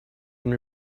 been